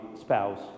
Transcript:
spouse